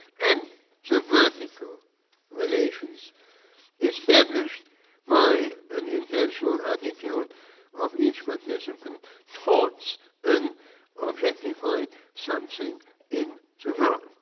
and the vertical relations established by an intentional attitude of each participant taunts and objectified something in so but